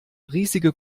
riesige